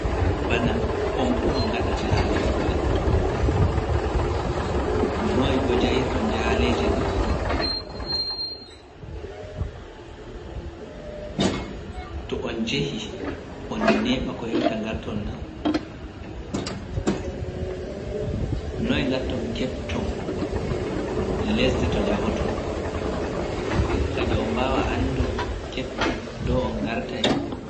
Bana, oon pu on gaɗa jaale ɗuuɗɗe. Noy bo jahirton jaaleeji ɗin? To on jehi, on neeɓa ko hewta ngarton naa? Noy ngarton keɓton lesdi to njahoton? Kadi on mbaawa andon keɓton, ndoo on ngartay.